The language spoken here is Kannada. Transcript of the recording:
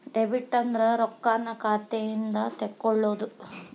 ಡೆಬಿಟ್ ಅಂದ್ರ ರೊಕ್ಕಾನ್ನ ಖಾತೆಯಿಂದ ತೆಕ್ಕೊಳ್ಳೊದು